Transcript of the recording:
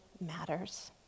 matters